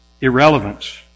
irrelevance